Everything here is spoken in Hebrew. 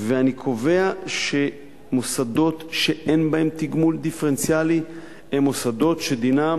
אני קובע שמוסדות שאין בהם תגמול דיפרנציאלי הם מוסדות שדינם